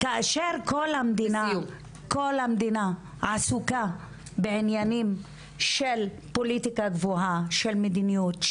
כאשר כל המדינה כל המדינה עסוקה בעניינים של פוליטיקה גבוהה של מדיניות,